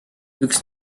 üks